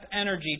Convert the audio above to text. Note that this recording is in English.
energy